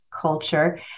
culture